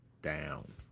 down